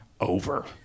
over